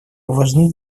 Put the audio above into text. важны